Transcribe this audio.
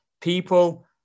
People